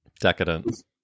decadent